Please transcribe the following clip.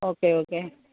okay okay